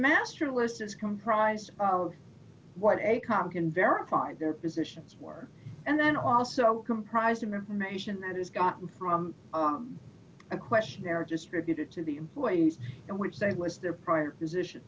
master list is comprised of what a comp can verify their positions were and then also comprised of information that is gotten from a questionnaire distributed to the employees and which side was there prior position